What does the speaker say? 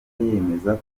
yemeza